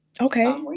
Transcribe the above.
Okay